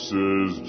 Says